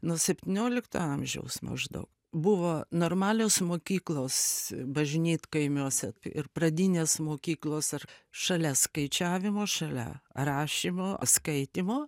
nuo septyniolikto amžiaus maždaug buvo normalios mokyklos bažnytkaimiuose ir pradinės mokyklos ar šalia skaičiavimo šalia rašymo skaitymo